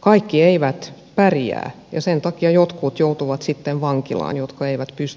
kaikki eivät pärjää ja sen takia jotkut joutuvat sitten vankilaan jos he eivät pysty tätä täyttämään